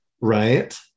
right